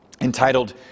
entitled